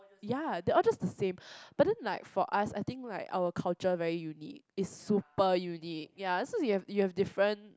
ya they all just the same but then like for us I think like our culture very unique it's super unique ya so you have you have different